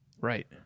Right